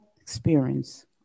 experience